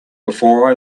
before